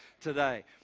today